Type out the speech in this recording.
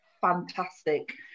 fantastic